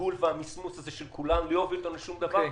הגלגול והמסמוס הזה של כולם לא יוביל אותנו לשום דבר,